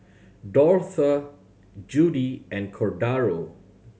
Dortha Judy and Cordaro